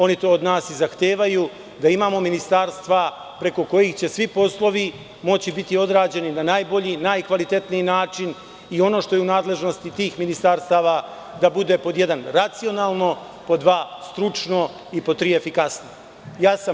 Oni to od nas i zahtevaju, da imamo ministarstva preko kojih će svi poslovi moći biti odrađeni na najbolji i najkvalitetniji način i ono što je u nadležnosti tih ministarstva da bude racionalno, stručno i efikasno.